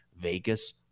Vegas